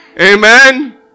Amen